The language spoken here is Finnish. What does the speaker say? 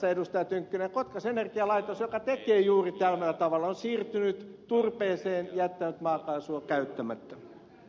tynkkynen energialaitos joka tekee juuri tällä tavalla on siirtynyt turpeeseen ja jättänyt maakaasua käyttämättä